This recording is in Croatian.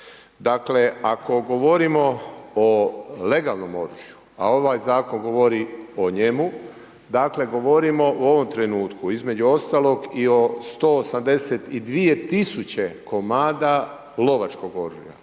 Dakle, ako govorimo o legalnom oružju, a ovaj Zakon govori o njemu, dakle govorimo u ovom trenutku između ostalog i o 182 tisuće komada lovačkog oružja.